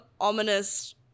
ominous